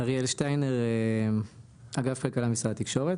אריאל שטיינר מאגף הכלכלה במשרד התקשורת.